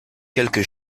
quelque